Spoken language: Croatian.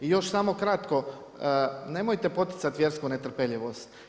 I još samo kratko, nemojte poticati vjersku netrpeljivost.